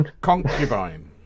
concubine